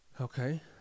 Okay